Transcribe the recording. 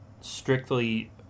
strictly